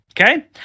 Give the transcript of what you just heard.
okay